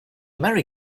merry